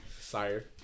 Sire